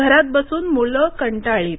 घरात बसून मुलं कंटाळलीत